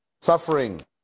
suffering